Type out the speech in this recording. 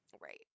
right